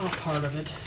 part of it.